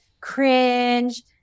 cringe